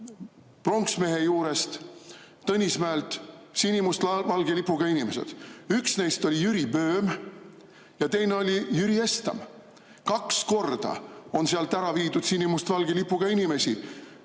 pronksmehe juurest Tõnismäelt sinimustvalge lipuga inimesed. Üks neist oli Jüri Böhm ja teine oli Jüri Estam. Kaks korda on sealt ära viidud sinimustvalge lipuga inimesi,